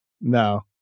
No